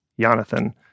Jonathan